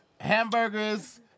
hamburgers